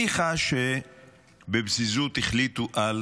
ניחא שבפזיזות החליטו על